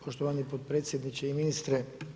Poštovane potpredsjedniče i ministre.